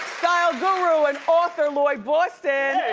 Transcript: style guru and author, lloyd boston!